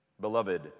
Beloved